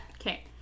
Okay